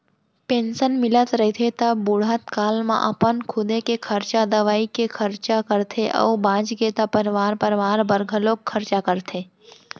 pension मिलत रहिथे त बुड़हत काल म अपन खुदे के खरचा, दवई के खरचा करथे अउ बाचगे त परवार परवार बर घलोक खरचा करथे